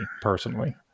personally